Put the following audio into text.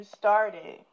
started